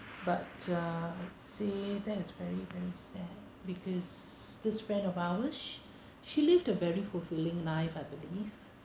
but ah I'd say that it's very very sad because this friend of ours she lived a very fulfilling life I believe